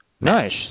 Nice